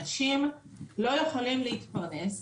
אנשים לא יכולים להתפרנס,